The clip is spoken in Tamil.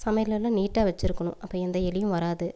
சமையலறையெலாம் நீட்டாக வச்சுருக்கணும் அப்போ எந்த எலியும் வராது